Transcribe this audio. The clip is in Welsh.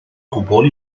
gwbl